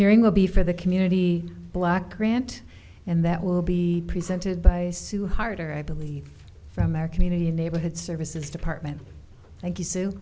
hearing will be for the community black grant and that will be presented by sue harder i believe from our community neighborhood services department thank you